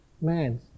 man